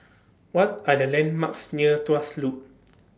What Are The landmarks near Tuas Loop